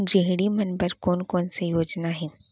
गृहिणी मन बर कोन कोन से योजना हे?